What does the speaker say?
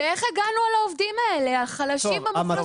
ואיך הגענו לעובדים האלה, החלשים והמוחלשים האלה.